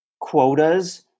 quotas